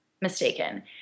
mistaken